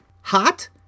hot